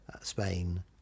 Spain